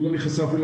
עוד לא נכנסה אפילו,